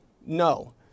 No